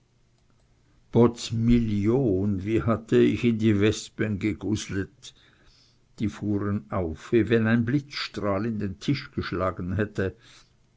potz million wie hatte ich in die wespen geguslet die fuhren auf wie wenn ein blitzstrahl in den tisch geschlagen hätte